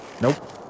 Nope